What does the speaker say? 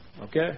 okay